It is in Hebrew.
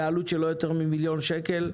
בעלות של לא יותר ממיליון שקל.